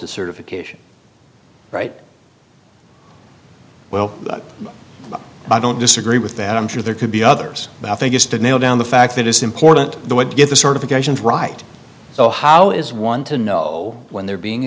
to certification right well i don't disagree with that i'm sure there could be others but i think just to nail down the fact that it's important the would get the certifications right so how is one to know when they're being